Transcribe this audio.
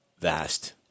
vast